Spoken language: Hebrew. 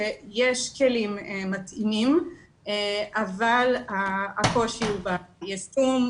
שיש כלים מתאימים אבל הקושי הוא ביישום,